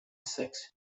sex